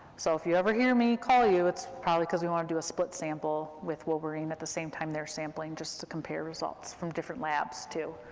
so if you ever hear me call you, it's probably cause we want to do a split sample with wolverine, at the same time they're sampling, just to compare results from different labs, too.